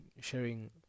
sharing